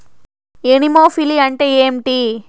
Anemophily అంటే ఏంటి?